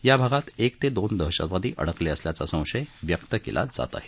या भागात एक ते दोन दहशतवादी अडकले असल्याचा संशय व्यक्त केला जात आहे